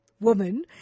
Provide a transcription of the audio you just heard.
woman